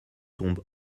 tombe